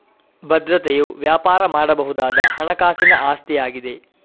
ಭದ್ರತೆಯು ವ್ಯಾಪಾರ ಮಾಡಬಹುದಾದ ಹಣಕಾಸಿನ ಆಸ್ತಿಯಾಗಿದೆ